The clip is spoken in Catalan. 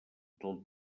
del